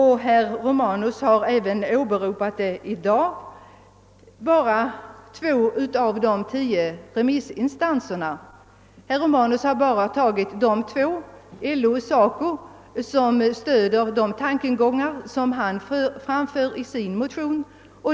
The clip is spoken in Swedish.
Herr Romanus har åberopat bara två av de tio remissinstanserna, nämligen LO och SACO, som stöder de tankar han framför i sin motion.